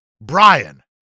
Brian